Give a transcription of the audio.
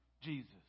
Jesus